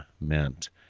meant